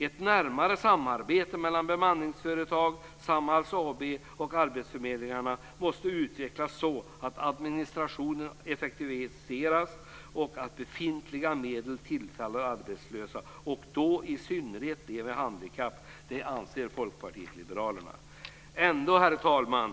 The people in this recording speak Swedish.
Ett närmare samarbete mellan bemanningsföretag, Samhall AB och arbetsförmedlingarna måste utvecklas så att administrationen effektiviseras och så att befintliga medel tillfaller de arbetslösa, och då i synnerhet de arbetshandikappade, anser Folkpartiet liberalerna. Herr talman!